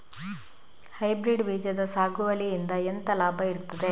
Hybrid ಬೀಜದ ಸಾಗುವಳಿಯಿಂದ ಎಂತ ಲಾಭ ಇರ್ತದೆ?